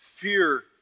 fear